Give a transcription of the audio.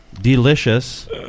delicious